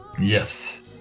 yes